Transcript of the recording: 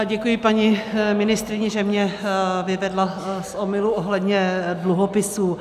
Děkuji paní ministryni, že mě vyvedla z omylu ohledně dluhopisů.